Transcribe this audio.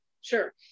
Sure